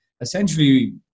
essentially